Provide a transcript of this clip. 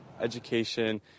Education